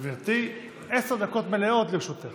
גברתי, עשר דקות מלאות לרשותך.